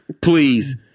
please